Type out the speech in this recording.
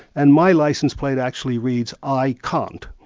and my licence plate actually reads i kant.